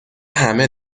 همه